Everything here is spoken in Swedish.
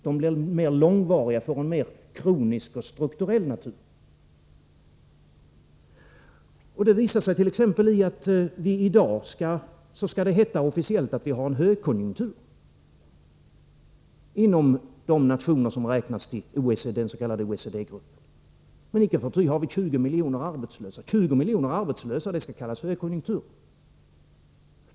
De blir mer långvariga, får en mer kronisk och strukturell natur. Detta visar sig t.ex. i att det i dag officiellt skall heta att vi har en högkonjunktur i de nationer som hör till den s.k. OECD-gruppen. Men icke förty har vi 20 miljoner arbetslösa. Och det skall kallas högkonjunktur!